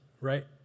right